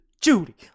judy